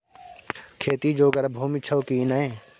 खेती जोगर भूमि छौ की नै?